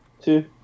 two